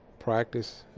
practice